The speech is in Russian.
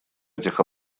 этих